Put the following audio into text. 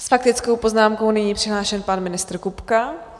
S faktickou poznámkou je nyní přihlášen pan ministr Kupka.